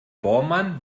bohrmann